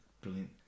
brilliant